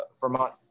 Vermont